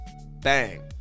Bang